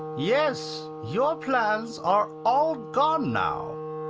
yes, your plans are all gone now.